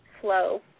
slow